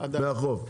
מהחוף?